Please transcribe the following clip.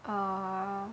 uh